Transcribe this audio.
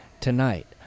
Tonight